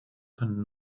können